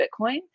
Bitcoin